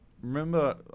remember